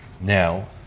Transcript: Now